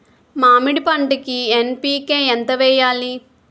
మామిడి పంటకి ఎన్.పీ.కే ఎంత వెయ్యాలి?